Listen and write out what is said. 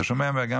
אתה שומע, מאיר?